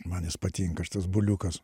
man patinka šitas buliukas